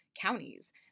counties